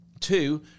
two